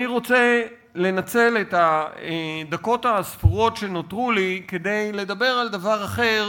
אני רוצה לנצל את הדקות הספורות שנותרו לי כדי לדבר על דבר אחר,